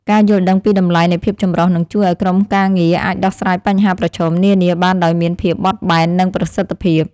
ការយល់ដឹងពីតម្លៃនៃភាពចម្រុះនឹងជួយឱ្យក្រុមការងារអាចដោះស្រាយបញ្ហាប្រឈមនានាបានដោយមានភាពបត់បែននិងប្រសិទ្ធភាព។